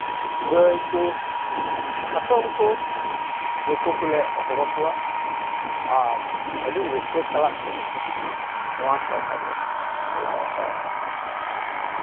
ᱫᱟᱹᱭ ᱠᱚ ᱦᱟᱛᱚᱢ ᱠᱚ ᱱᱩᱠᱩ ᱠᱚᱞᱮ ᱦᱚᱦᱚ ᱟᱠᱚᱣᱟ ᱟᱨ ᱟᱹᱰᱤ ᱨᱟᱹᱥᱠᱟᱹ ᱥᱟᱞᱟᱜ ᱛᱮ ᱱᱚᱣᱟ ᱥᱚᱨᱦᱟᱭ ᱞᱮ ᱢᱟᱱᱟᱣ ᱵᱟᱛᱟᱣᱟ